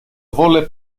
volle